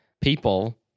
people